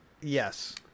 Yes